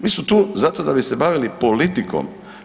Mi smo tu zato da bi se bavili politikom.